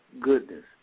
goodness